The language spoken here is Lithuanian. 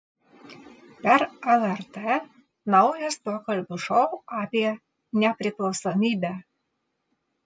per lrt naujas pokalbių šou apie nepriklausomybę